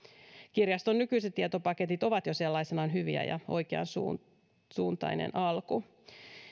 kirjaston nykyiset tietopaketit ovat jo sellaisenaan hyvä ja oikeansuuntainen alku